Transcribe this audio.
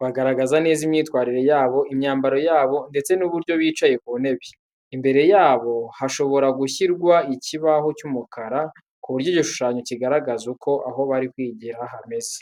bagaragaza neza imyitwarire yabo, imyambaro yabo, ndetse n'uburyo bicaye ku ntebe. Imbere yabo hashobora gushyirwa ikibaho cy'umukara, ku buryo igishushanyo kigaragaza uko aho bari kwigira hameze.